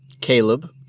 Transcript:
Caleb